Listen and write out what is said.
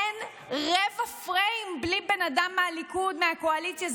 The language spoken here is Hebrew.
אין רבע פריים בלי בן אדם מהליכוד, מהקואליציה.